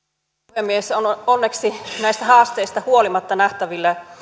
puhemies on onneksi näistä haasteista huolimatta nähtävillä